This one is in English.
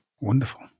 Wonderful